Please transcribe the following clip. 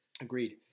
Agreed